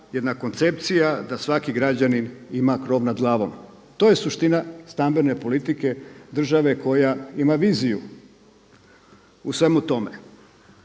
jedna koncepcija da svaki građanin ima krov nad glavom. To je suština stambene politike države koja ima viziju u svemu tome.